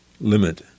limit